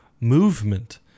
movement